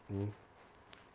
mm